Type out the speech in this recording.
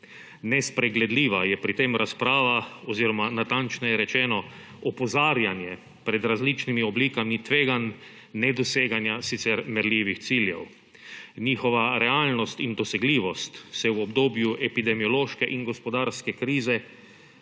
Nespregledljiva je pri tem razprava oziroma natančneje rečeno opozarjanje pred različnimi oblikami tveganj nedoseganja sicer merljivih ciljev. Njihova realnost in dosegljivost je v obdobju epidemiološke in gospodarske krize